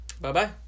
Bye-bye